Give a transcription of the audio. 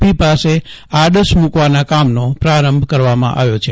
પી પાસે આડસ મૂકવાના કામનો પ્રારંભ કરવામાં આવ્યો છે